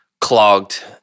clogged